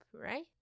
right